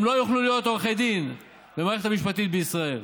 הם לא יוכלו להיות עורכי דין במערכת המשפטית בישראל.